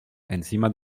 encima